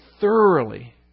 thoroughly